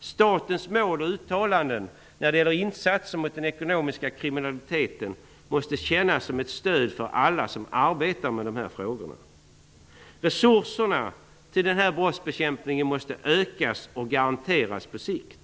Statens mål och uttalanden när det gäller insatser mot den ekonomiska kriminaliteten måste kännas som ett stöd för alla som arbetar med dessa frågor. Resurserna för den här brottsbekämpningen måste öka och garanteras på sikt.